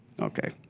Okay